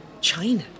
China